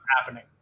happening